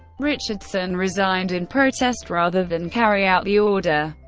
richardson resigned in protest rather than carry out the order.